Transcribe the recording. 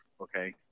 okay